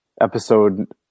episode